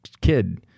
kid